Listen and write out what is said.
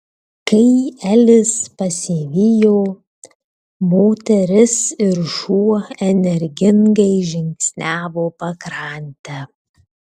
kai elis pasivijo moteris ir šuo energingai žingsniavo pakrante